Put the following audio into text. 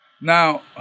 Now